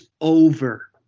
over